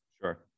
sure